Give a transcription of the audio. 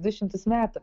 du šimtus metų